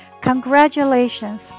Congratulations